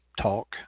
talk